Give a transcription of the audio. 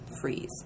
freeze